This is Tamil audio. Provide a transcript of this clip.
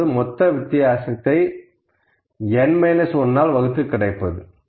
அதாவது மொத்த வித்தியாசத்தை n 1 ஆல் வகுத்து கிடைப்பது